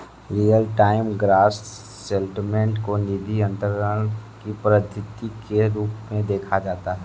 real time gross settlement को निधि अंतरण की पद्धति के रूप में देखा जाता है